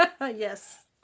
Yes